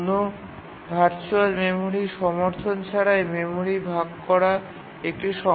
কোনও ভার্চুয়াল মেমরির সমর্থন ছাড়া মেমরি ভাগ করা একটি সমস্যার সৃষ্টি করে